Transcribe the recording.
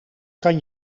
kan